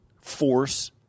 force